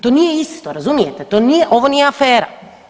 To nije isto razumijete, to nije, ovo nije afera.